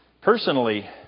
Personally